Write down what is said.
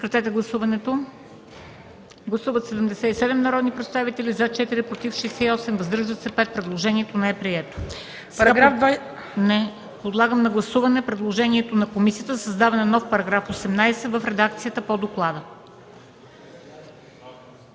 Подлагам на гласуване предложението на комисията за създаване на нов § 18 в редакцията по доклада.